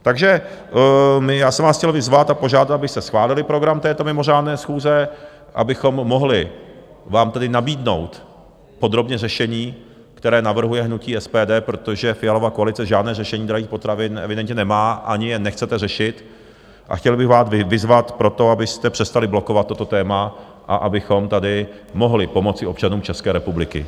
Takže já jsem vás chtěl vyzvat a požádat, abyste schválili program této mimořádné schůze, abychom mohli vám tedy nabídnout podrobně řešení, které navrhuje hnutí SPD, protože Fialova koalice žádné řešení drahých potravin evidentně nemá, ani je nechcete řešit, a chtěl bych vás vyzvat pro to, abyste přestali blokovat toto téma a abychom tady mohli pomoci občanům České republiky.